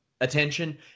attention